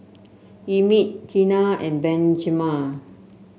Emit Tina and Benjaman